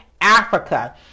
Africa